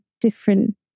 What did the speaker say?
different